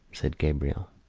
said gabriel.